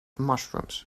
mushrooms